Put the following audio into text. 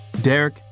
Derek